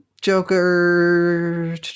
Joker